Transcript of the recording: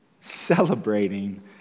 celebrating